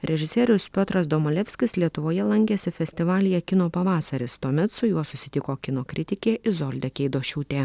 režisierius piotras domalevskis lietuvoje lankėsi festivalyje kino pavasaris tuomet su juo susitiko kino kritikė izolda keidošiūtė